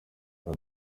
aya